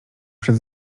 przed